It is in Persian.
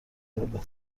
داده